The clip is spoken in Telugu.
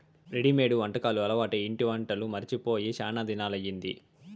రెడిమేడు వంటకాలు అలవాటై ఇంటి వంట మరచి పోయి శానా దినాలయ్యింది